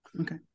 Okay